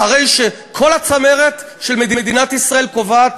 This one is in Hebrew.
אחרי שכל הצמרת של מדינת ישראל קובעת